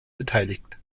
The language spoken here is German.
beteiligt